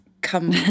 Come